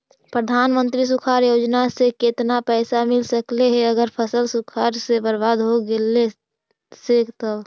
प्रधानमंत्री सुखाड़ योजना से केतना पैसा मिल सकले हे अगर फसल सुखाड़ से बर्बाद हो गेले से तब?